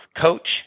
coach